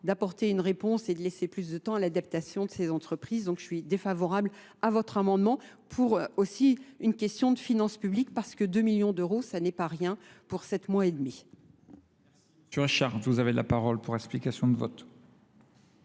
d'apporter une réponse et de laisser plus de temps à l'adaptation de ces entreprises. Donc je suis défavorable à votre amendement pour aussi une question de finances publiques, parce que deux millions d'euros, ça n'est pas rien pour sept mois et demi. Sur un charte, vous avez de la parole pour explication de vote.